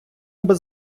без